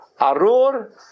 Arur